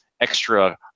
extra